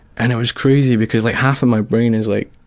and it was crazy because like, half of my brain is like,